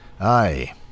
Aye